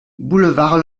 boulevard